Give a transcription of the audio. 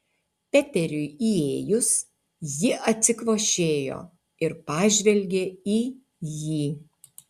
peteriui įėjus ji atsikvošėjo ir pažvelgė į jį